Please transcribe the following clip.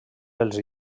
els